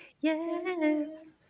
yes